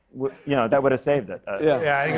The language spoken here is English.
you know, that would've saved it. yeah,